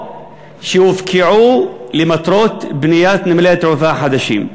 שהופקעו למטרות בניית נמלי התעופה החדשים.